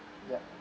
yup